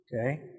Okay